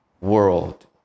World